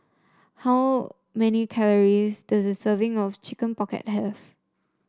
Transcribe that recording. how many calories does the serving of Chicken Pocket have